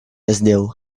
раздел